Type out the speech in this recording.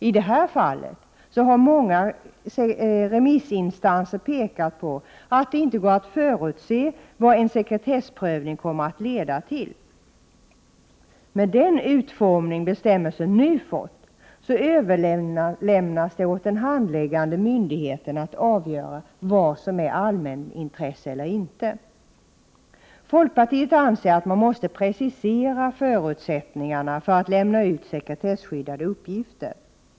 I det här fallet har många remissinstanser pekat på att det inte går att förutse vad en sekretessprövning kommer att leda till. Med den utformning bestämmelsen nu fått överlämnas det åt den handläggande myndigheten att avgöra vad som är allmänintresse eller inte. Folkpartiet anser att man måste precisera förutsättningarna för att lämna ut sekretesskyddade uppgifter.